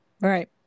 Right